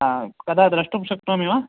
कदा द्रष्टुं शक्नोमि वा